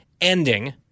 ending